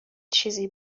چیزی